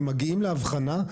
הם מגיעים להבחנה,